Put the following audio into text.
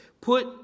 Put